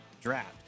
draft